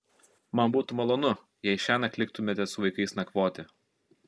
man būtų malonu jei šiąnakt liktumėte su vaikais nakvoti